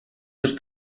dels